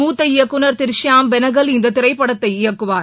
மூத்த இயக்குநர் திரு ஷியாம் பெனகல் இந்த திரைப்படத்தை இயக்குவார்